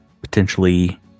potentially